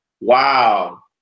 Wow